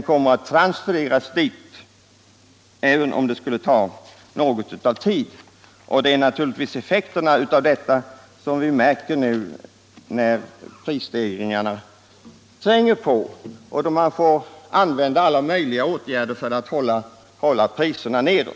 Skatten transfereras till dem även om det tar tid. Effekterna märker vi nu när prisstegringarna tränger på och drastiska åtgärder måste vidtagas för att hålla priserna nere.